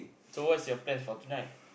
so what's your plans for tonight